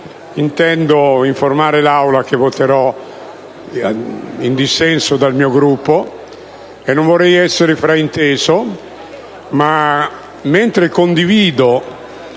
desidero informare l'Aula che voterò in dissenso dal mio Gruppo, ma non vorrei essere frainteso. Infatti, condivido